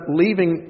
leaving